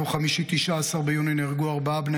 ביום חמישי 19 ביוני נהרגו ארבעה בני